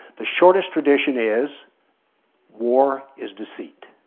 the shortest tradition is war is deceit.